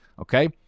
okay